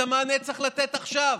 את המענה צריך לתת עכשיו.